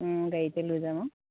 গাড়ীতে লৈ যাম আৰু